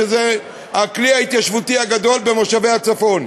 שזה הכלי ההתיישבותי הגדול במושבי הצפון.